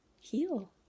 heal